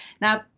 now